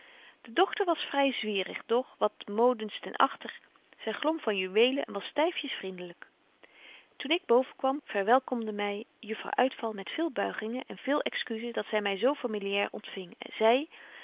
deken historie van mejuffrouw sara burgerhart wat modens ten achter zy glom van juweelen en was styfjes vriendelyk toen ik boven kwam verwelkomde my juffrouw uitval met veel buigingen en veel excusen dat zy my zo familiair ontfing zei